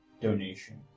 donation